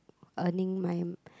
earning my